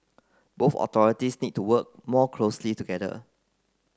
both authorities need to work more closely together